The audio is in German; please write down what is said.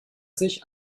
sich